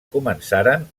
començaren